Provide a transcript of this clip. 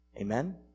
Amen